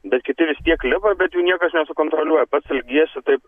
bet kiti vis tiek lipa bet jų niekas nesukontroliuoja pats elgiesi taip